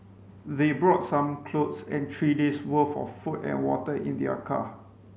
they brought some clothes and three days' worth of food and water in their car